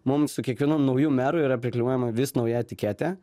mums su kiekvienu nauju meru yra priklijuojama vis nauja etiketė